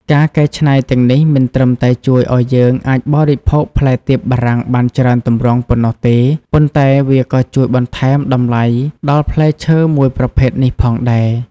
ការកែច្នៃទាំងនេះមិនត្រឹមតែជួយឱ្យយើងអាចបរិភោគផ្លែទៀបបារាំងបានច្រើនទម្រង់ប៉ុណ្ណោះទេ ប៉ុន្តែវាក៏ជួយបន្ថែមតម្លៃដល់ផ្លែឈើមួយប្រភេទនេះផងដែរ។